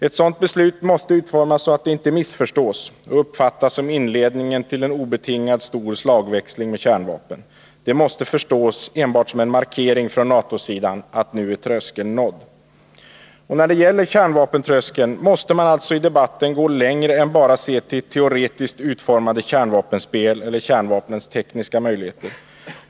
Ett sådant beslut måste utformas så, att det inte missförstås och uppfattas som inledningen till en obetingad stor slagväxling med kärnvapen. Det måste förstås enbart som en markering från NATO-sidan att tröskeln är nådd. När det gäller kärnvapentröskeln måste man alltså i debatten gå längre än att bara se till teoretiskt utformade kärnvapenspel eller kärnvapnens tekniska möjligheter.